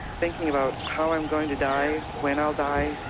thinking about how i'm going to die, when i'll die,